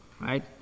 right